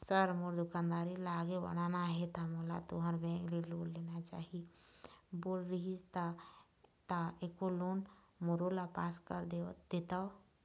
Sir मोर दुकानदारी ला आगे बढ़ाना हे ता मोला तुंहर बैंक लोन चाही बोले रीहिस ता एको लोन मोरोला पास कर देतव?